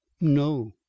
no